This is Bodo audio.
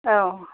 औ